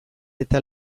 eta